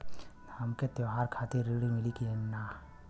हमके त्योहार खातिर ऋण मिली का?